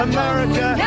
America